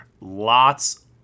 Lots